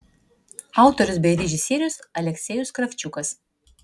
autorius bei režisierius aleksejus kravčiukas